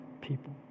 people